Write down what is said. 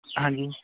ਹਾਂਜੀ